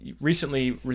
recently